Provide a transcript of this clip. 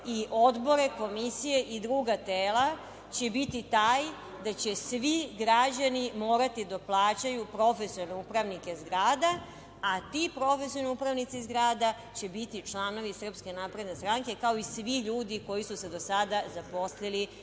i odbore, komisije i druga tela, će biti taj da će svi građani morati da plaćaju profesionalne upravnike zgrada, a ti profesionalni upravnici zgrada će biti članovi SNS, kao i svi ljudi koji su se do sada zaposlili,